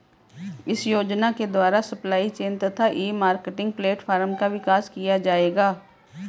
इस योजना के द्वारा सप्लाई चेन तथा ई मार्केटिंग प्लेटफार्म का विकास किया जाएगा